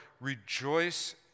Rejoice